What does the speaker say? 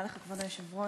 כבוד היושב-ראש,